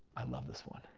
i love this one.